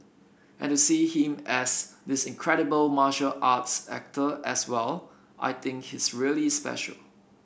and to see him as this incredible martial arts actor as well I think he's really special